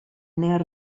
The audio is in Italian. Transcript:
nel